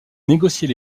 négocier